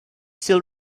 still